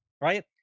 right